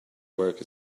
work